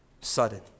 sudden